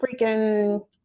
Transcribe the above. freaking